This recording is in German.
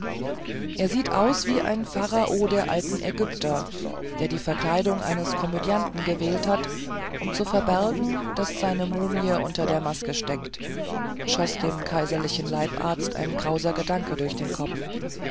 er sieht aus wie ein pharao der alten ägypter der die verkleidung eines komödianten gewählt hat um zu verbergen daß seine mumie unter der maske steckt schoß dem kaiserlichen leibarzt ein krauser gedanke durch den kopf